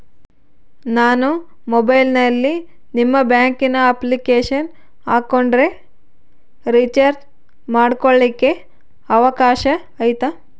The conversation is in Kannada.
ನಾನು ಮೊಬೈಲಿನಲ್ಲಿ ನಿಮ್ಮ ಬ್ಯಾಂಕಿನ ಅಪ್ಲಿಕೇಶನ್ ಹಾಕೊಂಡ್ರೆ ರೇಚಾರ್ಜ್ ಮಾಡ್ಕೊಳಿಕ್ಕೇ ಅವಕಾಶ ಐತಾ?